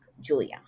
Julia